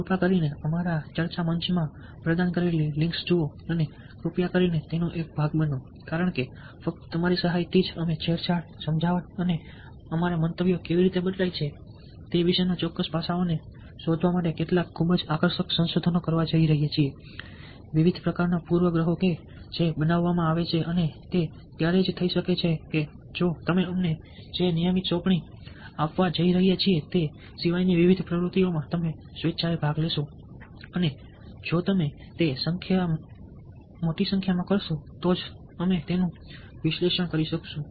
કૃપા કરીને અમારા ચર્ચા મંચ માં પ્રદાન કરેલી લિંક્સ જુઓ અને કૃપા કરીને તેનો એક ભાગ બનો કારણ કે ફક્ત તમારી સહાયથી અમે છેડછાડ સમજાવટ અને અમારા મંતવ્યો કેવી રીતે બદલાય છે તે વિશેના ચોક્કસ પાસાઓને શોધવા માટે કેટલાક ખૂબ જ આકર્ષક સંશોધન કરવા જઈ રહ્યા છીએ વિવિધ પ્રકારના પૂર્વગ્રહો કે જે બનાવવામાં આવે છે અને તે ત્યારે જ થઈ શકે છે જો તમે અમે તમને જે નિયમિત સોંપણી આપવા જઈ રહ્યા છીએ તે સિવાયની વિવિધ પ્રવૃત્તિઓમાં તમે સ્વેચ્છાએ ભાગ લેશો અને જો તમે તે મોટી સંખ્યામાં કરશો તો જ અમે તેનું વિશ્લેષણ કરી શકીશું